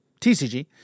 TCG